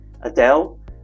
Adele